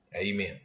Amen